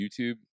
youtube